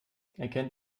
erkennt